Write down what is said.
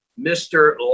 Mr